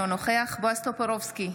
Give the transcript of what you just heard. אינו נוכח בועז טופורובסקי,